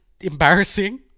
embarrassing